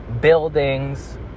buildings